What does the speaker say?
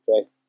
Okay